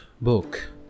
book